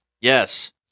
Yes